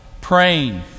praying